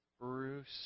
Bruce